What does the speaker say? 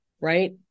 Right